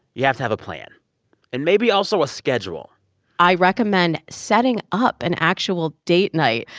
you have to have a plan and maybe also a schedule i recommend setting up an actual date night.